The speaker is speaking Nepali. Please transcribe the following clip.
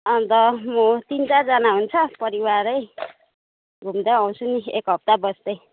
अन्त म तिन चारजना हुन्छ परिवारै घुम्दै आउँछु नि एक हप्ता बस्दै